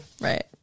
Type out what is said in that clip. Right